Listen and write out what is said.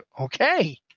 Okay